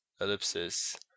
ellipsis